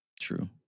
True